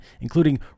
including